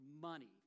money